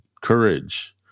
courage